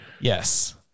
Yes